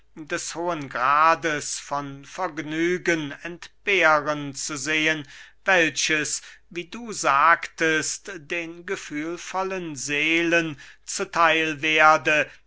des hohen grades von vergnügen entbehren zu sehen welches wie du sagtest den gefühlvollen seelen zu theil werde